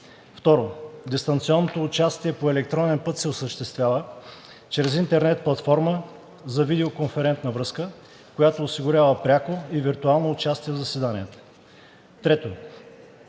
2. Дистанционното участие по електронен път се осъществява чрез интернет платформа за видеоконферентна връзка, която осигурява пряко и виртуално участие в заседанията. 3.